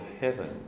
heaven